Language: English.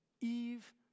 Eve